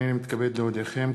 הנני מתכבד להודיעכם,